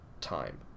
time